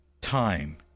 time